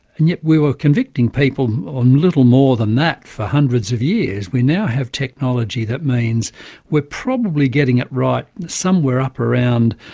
and yet we were convicting people on little more than that for hundreds of years. we now have technology that means we're probably getting it right somewhere up around